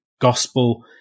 gospel